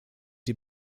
die